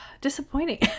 disappointing